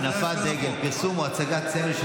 כתוב כאן: הנפת דגל, פרסום או הצגת סמל של